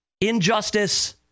injustice